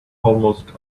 almost